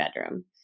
bedroom